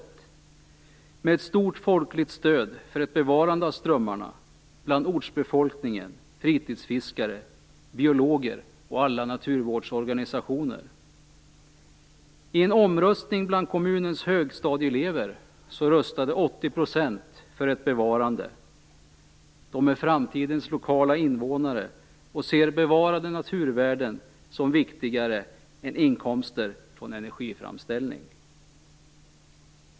Det har i den givits ett stort folkligt stöd för ett bevarande av strömmarna från ortsbefolkningen, fritidsfiskare, biologer och naturvårdsorganisationer. Vid en omröstning bland kommunens högstadieelever röstade 80 % för ett bevarande. De är framtidens lokala invånare och ser bevarade naturvärden som viktigare än inkomster från energiframställning.